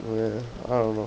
oh ya I don't know